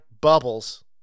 Bubbles